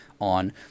on